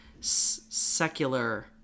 secular